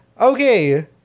Okay